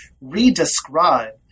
re-describe